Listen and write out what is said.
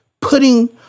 putting